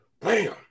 bam